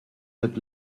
that